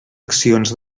accions